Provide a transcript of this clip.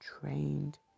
trained